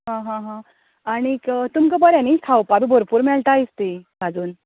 हां हां आनीक तुमकां बरें न्ही खावपाक बी भरपूर मेळटा आसतली भाजून